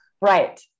Right